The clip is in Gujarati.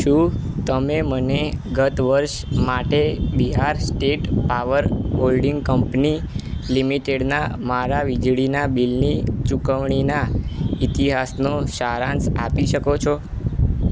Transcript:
શું તમે મને ગત વર્ષ માટે Bihar state power holding company લિમિટેડના મારા વીજળીનાં બિલની ચૂકવણીના ઇતિહાસનો સારાંશ આપી શકો છો